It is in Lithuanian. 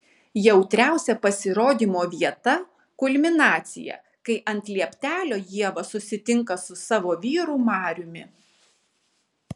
jautriausia pasirodymo vieta kulminacija kai ant lieptelio ieva susitinka su savo vyru mariumi